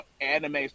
anime